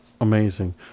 Amazing